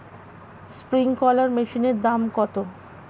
Sprinkler মেশিনের দাম কত?